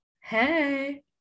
hey